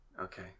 Okay